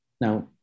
Now